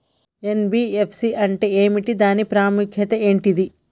NBFC అంటే ఏమిటి దాని ప్రాముఖ్యత ఏంటిది?